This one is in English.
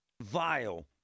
vile